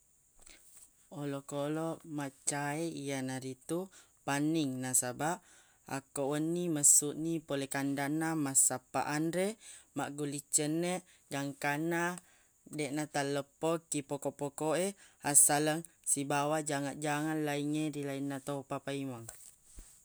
olokoloq maccai iyanaritu panning nasabaq akko wenni messu ni pole kandanna massappa anre magguliccenne gangkanna de natalleppo ki poko poko e assaleng sibawa jangaq jangaq laingnge rilainna topa paimeng